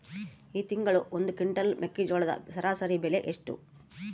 ಈ ತಿಂಗಳ ಒಂದು ಕ್ವಿಂಟಾಲ್ ಮೆಕ್ಕೆಜೋಳದ ಸರಾಸರಿ ಬೆಲೆ ಎಷ್ಟು?